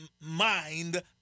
mind